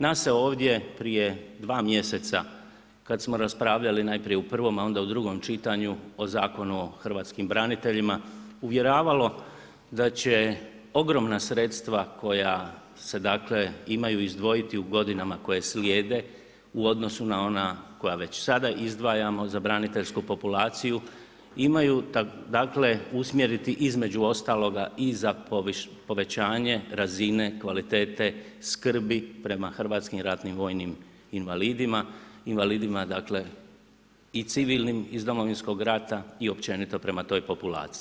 Nas se ovdje prije dva mjeseca kada smo raspravljali najprije u prvom, a onda u drugom čitanju o Zakonu o hrvatskim braniteljima uvjeravalo da će ogromna sredstva koja se imaju izdvojiti u godinama koje slijede u odnosu na ona koja već sada izdvajamo za braniteljsku populaciju, usmjeriti između ostaloga i za povećanje razine kvalitete skrbi prema hrvatskim ratnim vojnim invalidima, invalidima i civilnim iz Domovinskog rata i općenito prema toj populaciji.